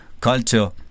culture